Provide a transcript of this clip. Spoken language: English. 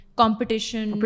competition